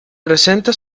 presenta